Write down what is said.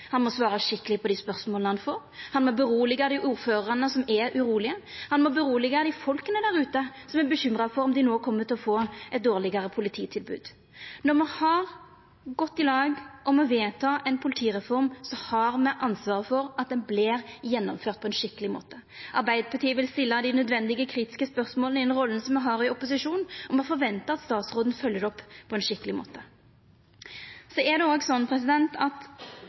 han må svara skikkeleg på dei spørsmåla han får, han må tryggja dei ordførarane som er urolege, han må tryggja folka der ute som er bekymra for om dei no får eit dårlegare polititilbod. Når me har gått i lag om å vedta ei politireform, har me ansvar for at ho vert gjennomført på ein skikkeleg måte. Arbeidarpartiet vil stilla nødvendige kritiske spørsmål i rolla me har i opposisjon, og me forventar at statsråden følgjer det opp på ein skikkeleg måte. Det er òg slik at Arbeidarpartiet meiner at